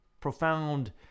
profound